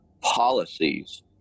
policies